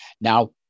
Now